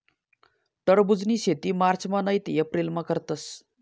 टरबुजनी शेती मार्चमा नैते एप्रिलमा करतस